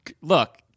look